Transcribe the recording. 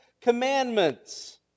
commandments